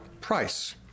price